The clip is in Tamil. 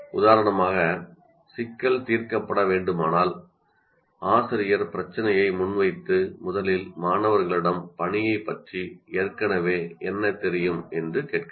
உதாரணமாக சிக்கல் தீர்க்கப்பட வேண்டுமானால் ஆசிரியர் பிரச்சினையை முன்வைத்து முதலில் மாணவர்களிடம் பணியைப் பற்றி ஏற்கனவே என்ன தெரியும் என்று கேட்கிறார்